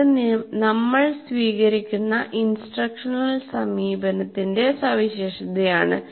അത് നമ്മൾ സ്വീകരിക്കുന്ന ഇൻസ്ട്രക്ഷണൽ സമീപനത്തിന്റെ സവിശേഷതയാണ്